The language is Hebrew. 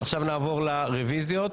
עכשיו נעבור לרוויזיות.